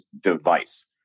device